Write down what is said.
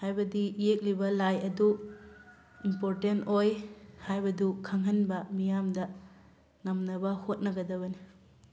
ꯍꯥꯏꯕꯗꯤ ꯌꯦꯛꯂꯤꯕ ꯂꯥꯏ ꯑꯗꯨ ꯏꯝꯄꯣꯔꯇꯦꯟ ꯑꯣꯏ ꯍꯥꯏꯕꯗꯨ ꯈꯪꯍꯟꯕ ꯃꯤꯌꯥꯝꯗ ꯉꯝꯅꯕ ꯍꯣꯠꯅꯒꯗꯕꯅꯤ